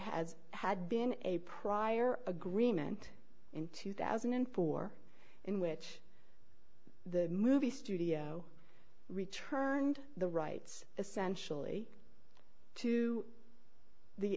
has had been a prior agreement in two thousand and four in which the movie studio returned the rights essentially to the